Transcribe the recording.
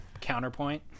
counterpoint